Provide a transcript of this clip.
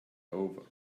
over